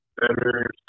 better